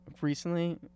recently